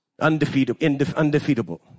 undefeatable